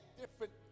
different